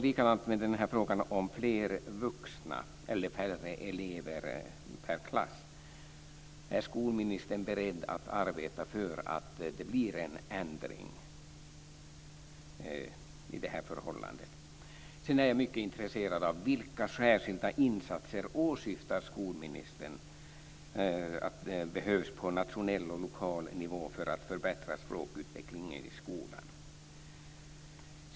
Likadant med frågan om fler vuxna eller färre elever per klass: Är skolministern beredd att arbeta för att det blir en ändring i det här förhållandet? Sedan är jag mycket intresserad av vilka särskilda insatser skolministern åsyftar när hon säger att sådana behövs på nationell och lokal nivå för att förbättra språkutvecklingen i skolan.